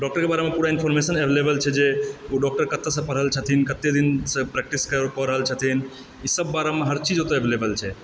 डॉक्टरकऽ बारे मऽ पूरा इन्फारमेशन एवेलेबल छै जे ओ डॉक्टर कतहुँसँ पढ़ल छथिन कतय दिनसँ प्रैक्टिस कऽ रहल छथिन ईसभ बारेमऽ हर चीज ओतय एवेलेबल छै